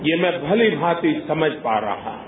यह मैं भली भांति समझ पा रहा हूं